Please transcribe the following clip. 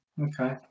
okay